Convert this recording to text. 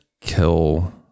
kill